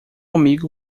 amigo